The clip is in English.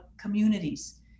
communities